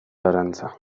arantza